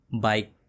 bike